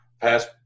pass